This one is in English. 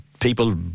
people